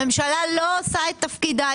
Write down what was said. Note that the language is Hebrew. הממשלה לא עושה את תפקידה,